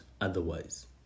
otherwise